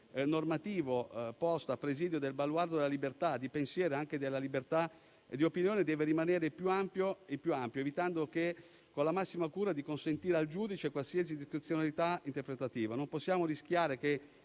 normativo posto a presidio del baluardo della libertà di pensiero e anche della libertà di opinione deve rimanere il più ampio, evitando con la massima cura di consentire al giudice qualsiasi discrezionalità interpretativa. Non possiamo rischiare che